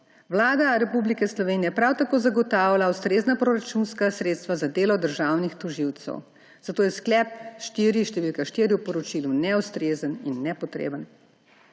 Vlada Republike Slovenije prav tako zagotavlja ustrezna proračunska sredstva za delo državnih tožilcev, zato je sklep št. 4 v poročilu neustrezen in nepotreben.